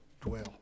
dwell